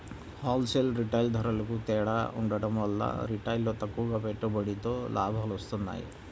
whole sale, retail ధరలకూ తేడా ఉండటం వల్ల రిటైల్లో తక్కువ పెట్టుబడితో లాభాలొత్తన్నాయి